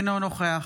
אינו נוכח